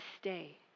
stay